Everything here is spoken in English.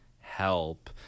help